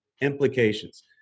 implications